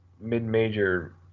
mid-major